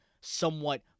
somewhat